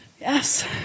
Yes